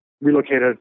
relocated